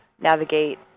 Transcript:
navigate